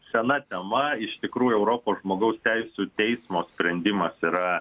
sena tema iš tikrųjų europos žmogaus teisių teismo sprendimas yra